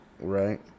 Right